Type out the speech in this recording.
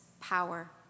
power